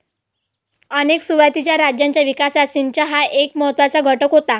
अनेक सुरुवातीच्या राज्यांच्या विकासात सिंचन हा एक महत्त्वाचा घटक होता